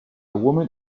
woman